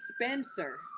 Spencer